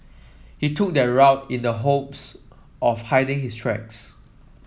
he took that route in the hopes of hiding his tracks